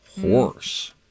horse